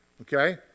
okay